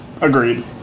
agreed